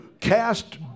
cast